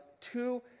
two